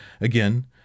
again